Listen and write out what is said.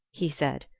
he said,